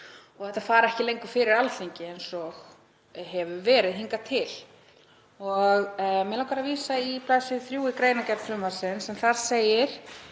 og þetta fer ekki lengur fyrir Alþingi eins og hefur verið hingað til. Mig langar að vísa í bls. 3 í greinargerð frumvarpsins en þar segir